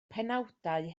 penawdau